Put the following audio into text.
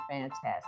fantastic